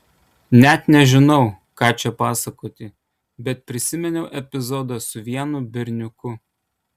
net nežinau ką čia pasakoti bet prisiminiau epizodą su vienu berniuku